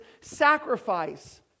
sacrifice